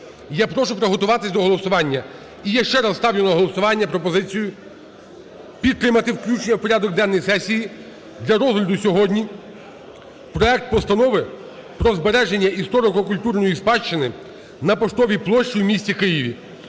я прошу приготуватись до голосування. І я ще раз ставлю на голосування пропозицію підтримати включення в порядок денний сесії для розгляду сьогодні проект Постанови про збереження історико-культурної спадщини на Поштовій площі в місті Києві